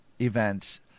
events